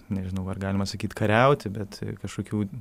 nežinau ar galima sakyt kariauti bet kažkokių